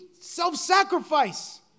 self-sacrifice